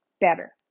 better